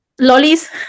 lollies